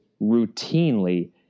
routinely